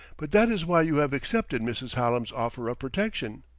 but that is why you have accepted mrs. hallam's offer of protection.